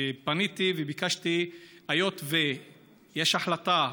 ופניתי וביקשתי, היות שיש החלטה,